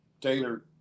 Taylor